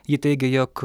ji teigė jog